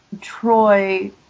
Troy